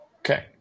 Okay